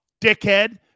dickhead